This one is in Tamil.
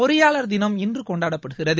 பொறியாளர் தினம் இன்று கொண்டாடப்படுகிறது